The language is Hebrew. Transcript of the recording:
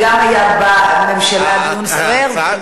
וגם היה בממשלה דיון סוער,